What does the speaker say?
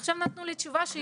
עכשיו נתנו לי תשובה.